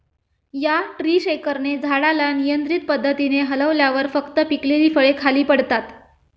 या ट्री शेकरने झाडाला नियंत्रित पद्धतीने हलवल्यावर फक्त पिकलेली फळे खाली पडतात